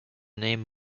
name